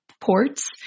Ports